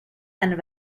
and